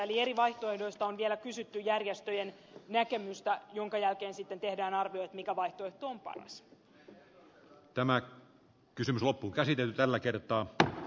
eli eri vaihtoehdoista on vielä kysytty järjestöjen näkemystä jonka jälkeen sitten tehdään arvio mikä vaihtoehto on paras